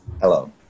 Hello